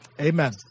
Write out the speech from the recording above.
Amen